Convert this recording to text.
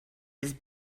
his